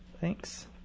Thanks